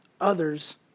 others